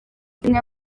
zimwe